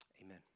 Amen